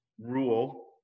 rule